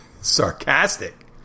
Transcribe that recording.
sarcastic